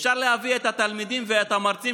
אפשר להביא את התלמידים ואת המרצים